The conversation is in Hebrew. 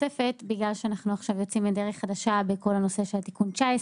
בגלל שאנחנו עכשיו יוצאים לדרך חדשה בכל הנושא של תיקון 19,